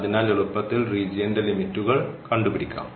അതിനാൽ എളുപ്പത്തിൽ റീജിയൻറെ ലിമിറ്റുകൾ കണ്ടുപിടിക്കാം